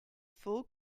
full